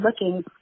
looking